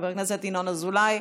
חבר הכנסת ינון אזולאי,